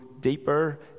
deeper